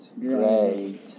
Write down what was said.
great